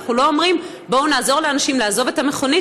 אנחנו לא אומרים: בואו נעזור לאנשים לעזוב את המכונית